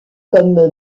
comme